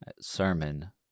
sermon